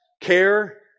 care